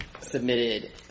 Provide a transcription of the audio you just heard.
submitted